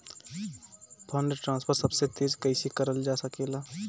Fund transfer सबसे तेज कइसे करल जा सकेला?